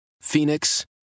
Phoenix